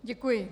Děkuji.